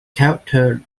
character